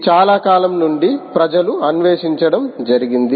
దీని చాలా కాలం నుండి ప్రజలు అన్వేషించడం జరిగింది